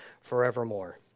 forevermore